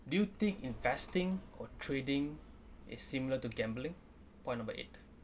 do you think investing or trading is similar to gambling point number eight